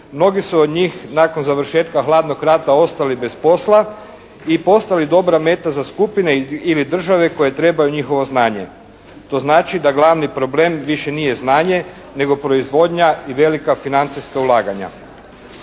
mnogi su od njih nakon završetka hladnog rata ostali bez posla i postali dobra meta za skupine ili države koje trebaju njihovo znanje. To znači da glavni problem više nije znanje nego proizvodnja i velika financijska ulaganja.